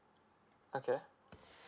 okay